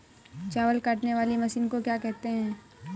चावल काटने वाली मशीन को क्या कहते हैं?